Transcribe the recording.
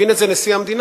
הבין את זה נשיא המדינה.